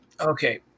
Okay